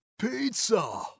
Pizza